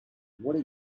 what